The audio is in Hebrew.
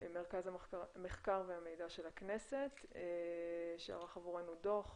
מרכז המחקר והמידע של הכנסת שערך עבורנו דו"ח